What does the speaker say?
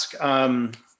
ask